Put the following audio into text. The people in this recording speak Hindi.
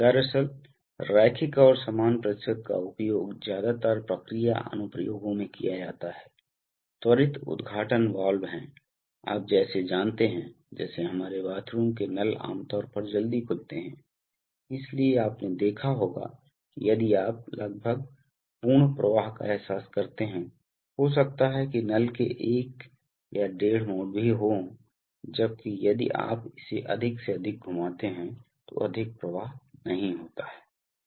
दरअसल रैखिक और समान प्रतिशत का उपयोग ज्यादातर प्रक्रिया अनुप्रयोगों में किया जाता है त्वरित उद्घाटन वाल्व हैं आप जैसे जानते हैं जैसे हमारे बाथरूम के नल आमतौर पर जल्दी खुलते हैं इसलिए आपने देखा होगा कि यदि आप लगभग पूर्ण प्रवाह का एहसास करते हैं हो सकता है कि नल के एक या डेढ़ मोड़ भी हो जबकि यदि आप इसे अधिक से अधिक घुमाते हैं तो अधिक प्रवाह नहीं होता है